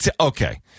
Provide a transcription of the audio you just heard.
okay